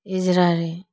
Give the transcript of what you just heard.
Israel